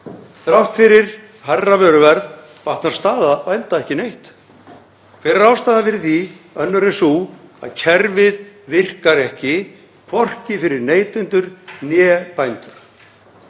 Þrátt fyrir hærra vöruverð batnar staða bænda ekki neitt. Hver er ástæðan fyrir því önnur en sú að kerfið virkar ekki, hvorki fyrir neytendur né bændur?